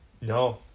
No